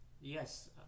Yes